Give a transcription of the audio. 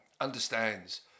understands